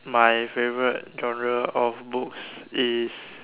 my favourite genre of books is